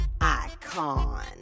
Icon